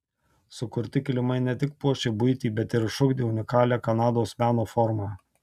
sukurti kilimai ne tik puošė buitį bet ir išugdė unikalią kanados meno formą